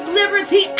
liberty